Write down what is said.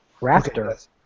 Raptor